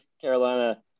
Carolina